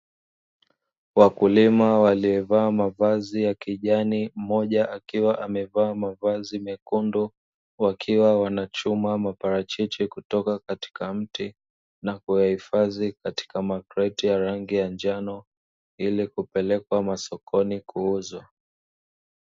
Wakulima waliovaa mavazi ya kijani mmoja akiwa amevaa mavazi mekundu, wakiwa wanachuma maparachichi kutoka katika mti na kuyahifadhi katika makreti ya rangi ya njano ili kupelekwa masokoni kuuzwa.